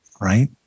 Right